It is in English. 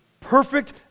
perfect